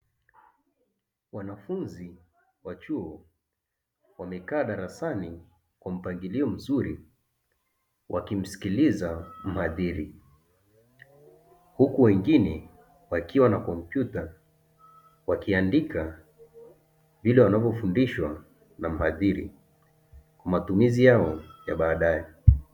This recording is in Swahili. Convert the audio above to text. Wanafunzi wa chuo wamekaa darasani kwa mpangilio mzuri wakimsikiliza mhadhiri, huku wengine wakiwa na kompyuta wakiandika vile wanavyofundishwa na mhadhiri kwa matumizi yao ya baadaye.